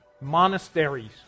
Monasteries